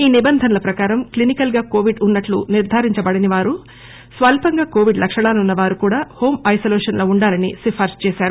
ఈ నిబంధనల ప్రకారం క్లినికల్ గా కోవిడ్ ఉన్నట్లు నిర్దారించబడిన వారు స్వల్పంగా కోవిడ్ లక్షణాలున్న వారు కూడా హోం ఐసొలేషన్ లో ఉండాలని సిఫార్పు చేశారు